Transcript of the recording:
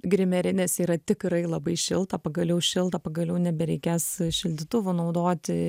grimerinėse yra tikrai labai šilta pagaliau šilta pagaliau nebereikės šildytuvų naudoti